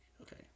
Okay